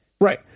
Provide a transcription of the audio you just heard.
Right